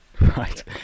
right